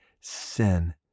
sin